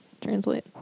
translate